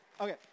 Okay